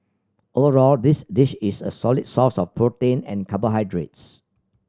overall this dish is a solid source of protein and carbohydrates